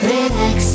Relax